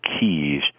keys